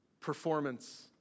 performance